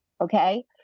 okay